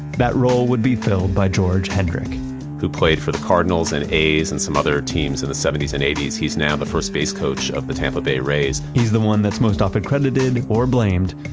that role would be filled by george hendrick who played for the cardinals and a's and some other teams in the seventy s and eighty s, he's now the first base coach of the tampa bay rays he's the one that's most often credited or blamed,